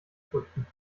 früchten